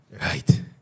right